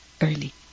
early